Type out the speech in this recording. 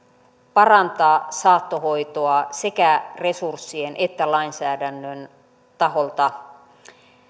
parantaa saattohoitoa sekä resurssien että lainsäädännön taholta